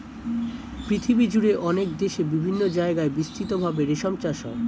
পৃথিবীজুড়ে অনেক দেশে বিভিন্ন জায়গায় বিস্তৃত ভাবে রেশম চাষ হয়